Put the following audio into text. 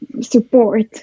support